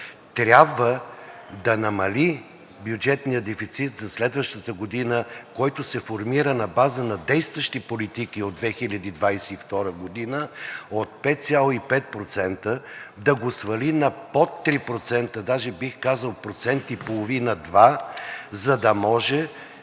трябва да намали бюджетния дефицит за следващата година, който се формира на база на действащи политики от 2022 г. – от 5,5% да го свали на под 3%, даже бих казал 1,5 – 2%, за да може